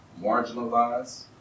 marginalized